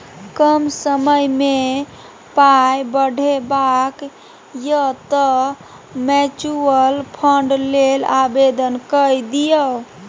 कम समयमे पाय बढ़ेबाक यै तँ म्यूचुअल फंड लेल आवेदन कए दियौ